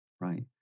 Right